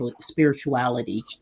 spirituality